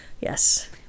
yes